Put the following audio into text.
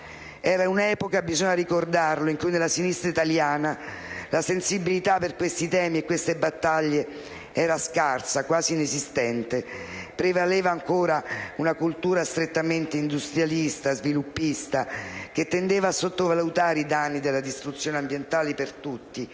Era un'epoca, bisogna ricordarlo, in cui nella sinistra italiana la sensibilità per questi temi e queste battaglie era scarsa, quasi inesistente. Prevaleva ancora una cultura strettamente industrialista, sviluppista, che tendeva a sottovalutare i danni della distruzione ambientale per tutti